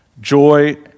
Joy